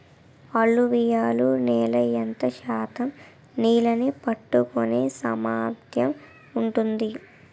అలువియలు నేల ఎంత శాతం నీళ్ళని పట్టుకొనే సామర్థ్యం ఉంటుంది?